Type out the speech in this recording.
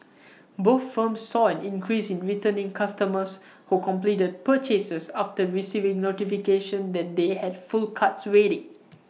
both firms saw an increase in returning customers who completed purchases after receiving notifications that they had full carts waiting